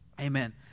Amen